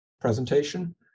presentation